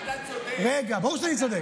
אני אגיד לך, אתה צודק, ברור שאני צודק.